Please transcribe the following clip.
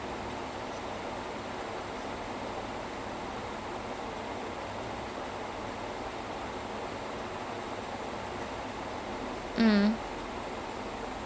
he he stays like that lah but then as time went by he figured out a way to create um his own body based on other superheroes and super villains then அப்போ வந்து:appo vanthu he started